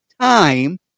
time